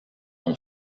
ont